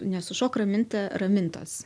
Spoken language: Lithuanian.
nesušok raminta ramintos